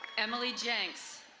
emily jenks,